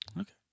Okay